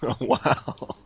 Wow